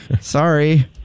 Sorry